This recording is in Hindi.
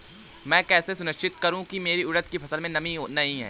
मैं कैसे सुनिश्चित करूँ की मेरी उड़द की फसल में नमी नहीं है?